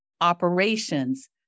operations